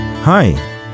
Hi